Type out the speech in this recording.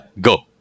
Go